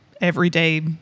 everyday